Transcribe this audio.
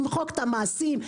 ימחק את המעשים?